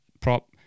prop